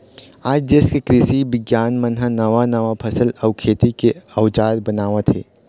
आज देश के कृषि बिग्यानिक मन ह नवा नवा फसल अउ खेती के अउजार बनावत हे